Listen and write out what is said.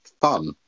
fun